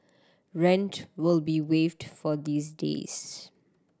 rent will be waived for these days